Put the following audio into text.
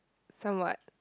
somewhat